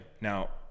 Now